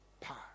power